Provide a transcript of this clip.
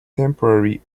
temporary